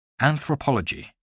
anthropology